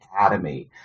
Academy